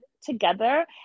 together